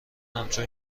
همچون